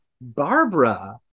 barbara